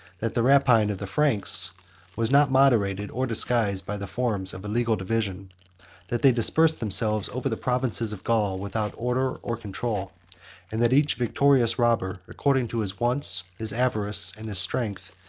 that the rapine of the franks was not moderated, or disguised, by the forms of a legal division that they dispersed themselves over the provinces of gaul, without order or control and that each victorious robber, according to his wants, his avarice, and his strength,